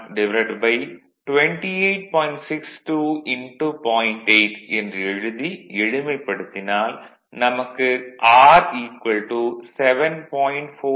8 என்று எழுதி எளிமைப்படுத்தினால் நமக்கு R 7